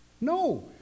No